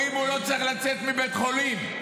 מצאת על מה לדבר?